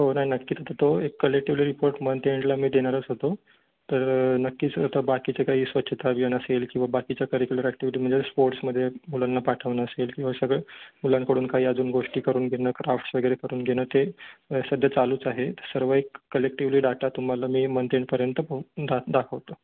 हो नाही नक्कीच आता तो एक कलेक्टिवली रिपोर्ट मंथ एंडला मी देणारच होतो तर नक्कीच आता बाकीच्या काही स्वच्छता अभियान असेल किंवा बाकीच्या करिकुलर ॲक्टिव्हिटी म्हणजे स्पोर्ट्समध्ये मुलांना पाठवणं असेल किंवा सगळं मुलांकडून काही अजून गोष्टी करून घेणं क्राफ्ट्स वगैरे करून घेणं ते सध्या चालूच आहे सर्व एक कलेक्टिव्हली डाटा तुम्हाला मी मंथ एंडपर्यंत प दा दाखवतो